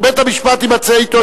בית-המשפט ימצה אתו את הדין.